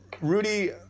Rudy